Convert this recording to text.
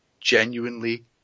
Genuinely